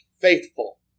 faithful